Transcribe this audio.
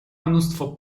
mnóstwo